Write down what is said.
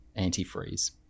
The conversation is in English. antifreeze